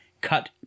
cut